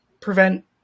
prevent